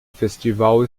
festival